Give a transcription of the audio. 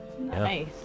Nice